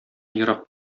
ерак